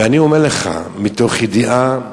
ואני אומר לך מתוך ידיעה אישית,